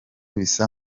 bisa